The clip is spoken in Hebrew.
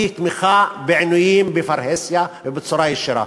היא תמיכה בעינויים בפרהסיה ובצורה ישירה.